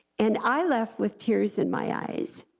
and i left with tears in my eyes,